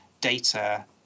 data